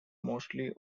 mostly